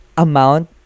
amount